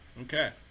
Okay